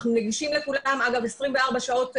אגב, אנחנו נגישים לכולם 24 שעות ביממה,